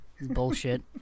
Bullshit